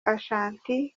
ashanti